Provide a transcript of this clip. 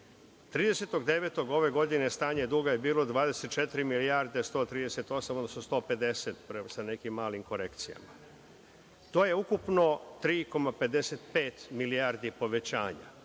Ove godine 30.9. stanje duga je bilo 24 milijarde 138, odnosno 150 sa nekim malim korekcijama. To je ukupno 3,55 milijardi povećanja.